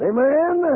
Amen